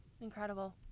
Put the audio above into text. Incredible